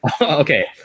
Okay